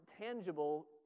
tangible